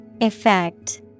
Effect